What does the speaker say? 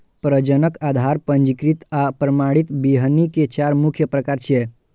प्रजनक, आधार, पंजीकृत आ प्रमाणित बीहनि के चार मुख्य प्रकार छियै